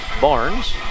Barnes